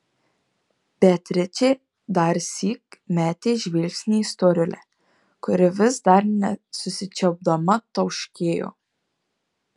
beatričė darsyk metė žvilgsnį į storulę kuri vis dar nesusičiaupdama tauškėjo